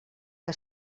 que